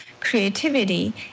creativity